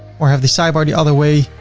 or have the sidebar the other way.